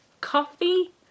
coffee